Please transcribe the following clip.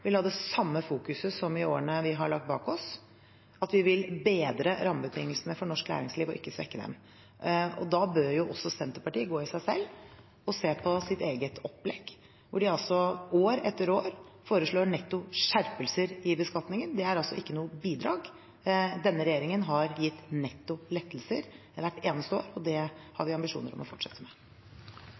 vil ha det samme fokuset som i årene vi har lagt bak oss, at vi vil bedre rammebetingelsene for norsk næringsliv og ikke svekke dem. Senterpartiet bør gå i seg selv og se på sitt eget opplegg, hvor de år etter år foreslår netto skjerpelser i beskatningen. Det er ikke noe bidrag. Denne regjeringen har gitt netto lettelser hvert eneste år, og det har vi ambisjoner om å fortsette med.